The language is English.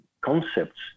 concepts